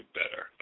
better